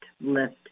lift